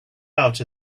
out